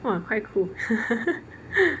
!wah! quite cool